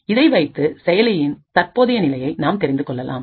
இதை வைத்து செயலின்தற்போதைய நிலையை நாம் தெரிந்து கொள்ளலாம்